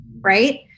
Right